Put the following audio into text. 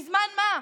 בזמן שמה?